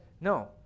no